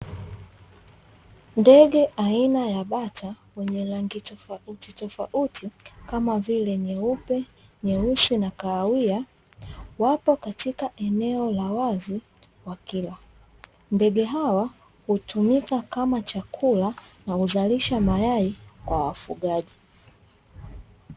Ndege aina ya bata wenye rangi tofautitofauti kama vile nyeupe, nyeusi na kahawia. Wapo katika eneo la wazi wakila, ndege hawa hutumika kama chakula na huzalisha mayai kwa wafugaji.